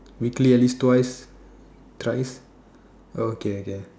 weekly at least twice thrice oh okay okay